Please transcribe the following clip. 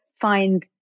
find